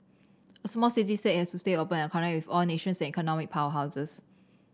a small city state has to stay open and connect with all nations and economic powerhouses